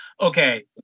okay